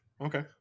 Okay